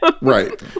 Right